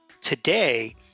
today